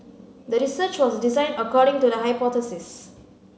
the research was designed according to the hypothesis